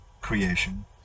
creation